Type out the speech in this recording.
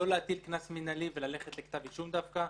לא להטיל קנס מינהלי וללכת לכתב אישום דווקא,